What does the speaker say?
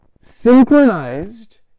synchronized